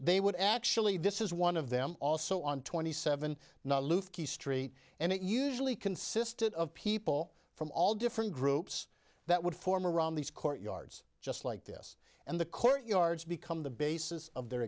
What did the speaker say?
they would actually this is one of them also on twenty seven not aloof street and it usually consisted of people from all different groups that would form around these court yards just like this and the court yards become the basis of their